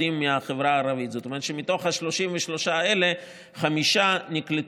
אדוני היושב-ראש, חברי